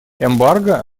эмбарго